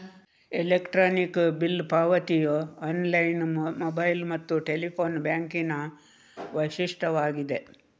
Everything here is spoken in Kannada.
ಎಲೆಕ್ಟ್ರಾನಿಕ್ ಬಿಲ್ ಪಾವತಿಯು ಆನ್ಲೈನ್, ಮೊಬೈಲ್ ಮತ್ತು ಟೆಲಿಫೋನ್ ಬ್ಯಾಂಕಿಂಗಿನ ವೈಶಿಷ್ಟ್ಯವಾಗಿದೆ